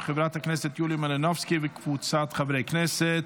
של חברת הכנסת יוליה מלינובסקי וקבוצת חברי הכנסת.